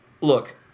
look